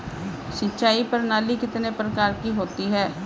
सिंचाई प्रणाली कितने प्रकार की होती हैं?